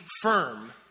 firm